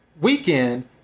weekend